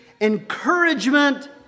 encouragement